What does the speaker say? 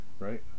Right